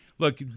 Look